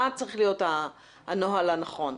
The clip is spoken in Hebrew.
מה צריך להיות הנוהל הנכון?